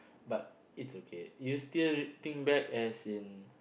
but it's okay you still think back as in